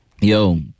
Yo